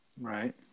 Right